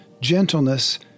gentleness